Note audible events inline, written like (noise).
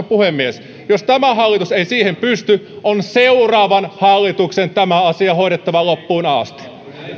(unintelligible) puhemies ei siihen pysty on seuraavan hallituksen tämä asia hoidettava loppuun asti